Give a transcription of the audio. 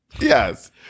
Yes